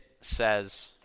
says